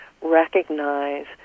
recognize